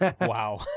Wow